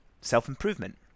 self-improvement